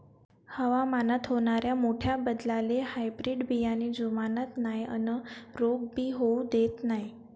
हवामानात होनाऱ्या मोठ्या बदलाले हायब्रीड बियाने जुमानत नाय अन रोग भी होऊ देत नाय